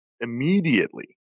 Immediately